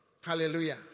hallelujah